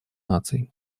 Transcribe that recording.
наций